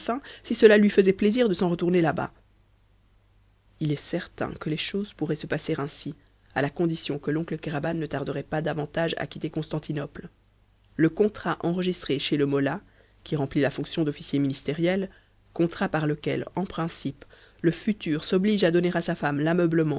si cela lui faisait plaisir de s'en retourner là-bas il est certain que les choses pourraient se passer ainsi à la condition que l'oncle kéraban ne tarderait pas davantage à quitter constantinople le contrat enregistré chez le mollah qui remplit la fonction d'officier ministériel contrat par lequel en principe le futur s'oblige à donner à sa femme